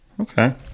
okay